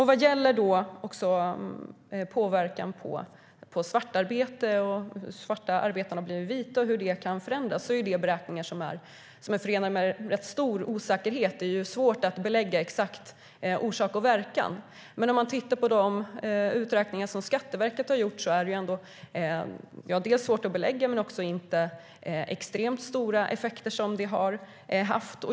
Vad gäller påverkan på svartarbete, att svartarbetare blir vita och hur det kan förändras handlar det om beräkningar som är förenade med rätt stor osäkerhet. Det är svårt att belägga orsak och verkan exakt. Om man tittar på de uträkningar som Skatteverket har gjort ser man att det är svårt att belägga men också att det inte handlar om extremt stora effekter.